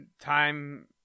time